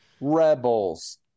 Rebels